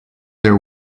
their